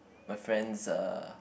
my friend's uh